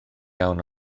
iawn